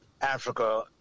Africa